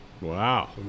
Wow